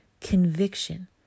Conviction